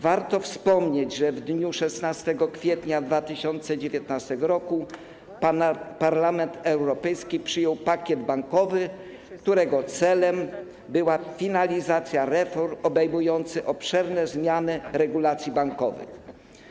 Warto wspomnieć, że w dniu 16 kwietnia 2019 r. Parlament Europejski przyjął pakiet bankowy, którego celem była finalizacja reform obejmująca obszerne zmiany regulacji bankowej.